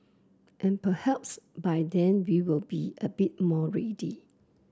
and perhaps by then we will be a bit more ready